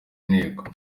inteko